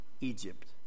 Egypt